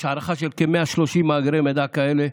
יש הערכה של כ-130 מאגרי מידע כאלה.